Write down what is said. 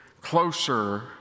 closer